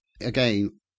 again